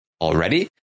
already